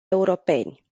europeni